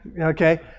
Okay